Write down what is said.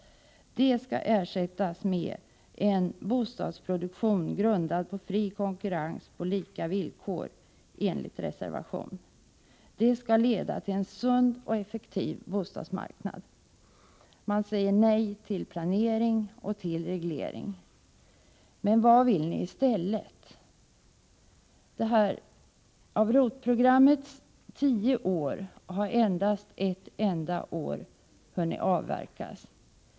Det skall enligt reservationen ersättas med ”en bostadsproduktion grundad på fri konkurrens på lika villkor”. Det skall leda till en sund och effektiv bostadsmarknad. Man säger nej till planering och reglering. Men vad vill ni i stället? Av ROT-programmets tio år har endast ett enda år hittills hunnit avverkas.